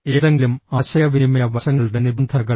ഏതെങ്കിലും ആശയവിനിമയ വശങ്ങളുടെ നിബന്ധനകൾ